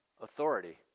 authority